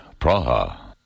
Praha